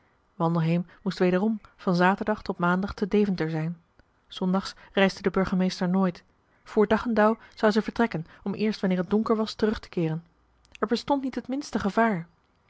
wandelheem moest wederom van zaterdag tot maandag te deventer zijn s zondags reisde de burgemeester nooit voor dag en dauw zou zij vertrekken om eerst wanneer het donker was terugtekeeren er bestond niet het minste gevaar